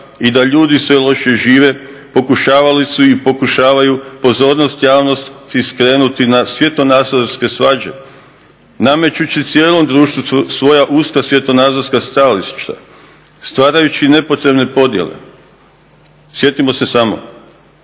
i da ljudi sve lošije žive pokušali su i pokušavaju pozornost javnosti skrenuti na svjetonazorske svađe namećući cijelom društvu svoja uska svjetonazorska stajališta, stvarajući nepotrebne podjele. Sjetimo se samo